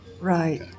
Right